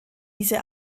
diese